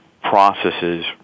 processes